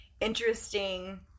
interesting